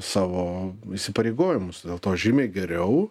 savo įsipareigojimus dėl to žymiai geriau